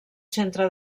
centre